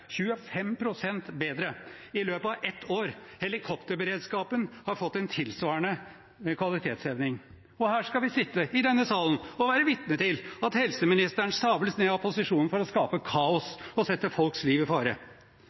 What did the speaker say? bedre i løpet av ett år. Helikopterberedskapen har fått en tilsvarende kvalitetsheving. Og her skal vi sitte i denne salen og være vitne til at helseministeren sables ned av opposisjonen for å skape kaos og sette folks liv i fare.